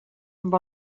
amb